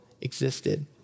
existed